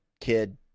kid